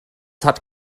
hat